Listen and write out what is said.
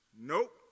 Nope